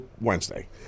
Wednesday